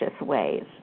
ways